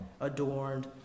adorned